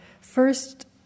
first